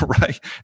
right